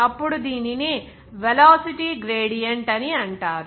అప్పుడు దీనిని velocity gradient అని అంటారు